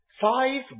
Five